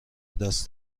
دست